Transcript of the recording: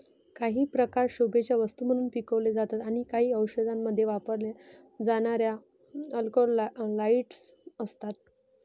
काही प्रकार शोभेच्या वस्तू म्हणून पिकवले जातात आणि काही औषधांमध्ये वापरल्या जाणाऱ्या अल्कलॉइड्स असतात